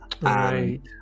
Right